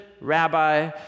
rabbi